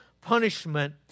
punishment